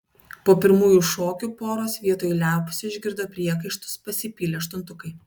po pirmųjų šokių poros vietoj liaupsių išgirdo priekaištus pasipylė aštuntukai